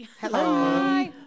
Hello